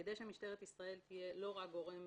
כדי שמשטרת ישראל תהיה לא רק גורם